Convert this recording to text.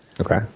Okay